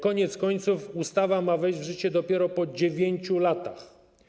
Koniec końców ustawa ma wejść w życie dopiero po 9 latach.